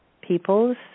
peoples